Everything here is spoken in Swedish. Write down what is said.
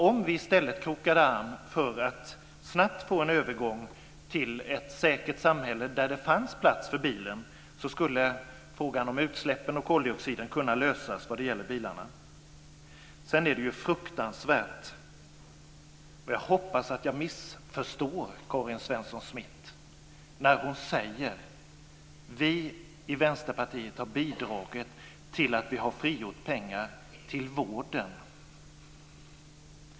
Om vi i stället krokade arm för att snabbt få en övergång till ett säkert samhälle där det fanns plats för bilen skulle frågan om utsläppen och koldioxiden kunna lösas vad det gäller bilarna. Sedan är det ju fruktansvärt; jag hoppas att jag missförstår Karin Svensson Smith när hon säger: Vi i Vänsterpartiet har bidragit till att frigöra pengar till vården.